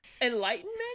Enlightenment